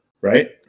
right